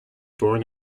born